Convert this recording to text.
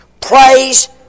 Praise